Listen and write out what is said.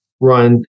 run